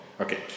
Okay